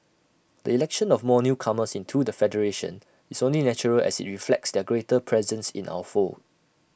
the election of more newcomers into the federation is only natural as IT reflects their greater presence in our fold